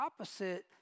opposite